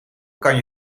kan